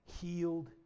healed